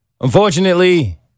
Unfortunately